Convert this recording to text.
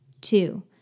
Two